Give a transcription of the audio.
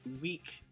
week